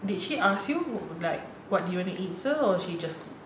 did she ask you like what do you want to eat sir or so she just cook